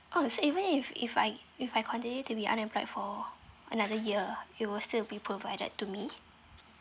oh so even if if I if I continue to be unemployed for another year it will still be provided to me